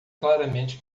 claramente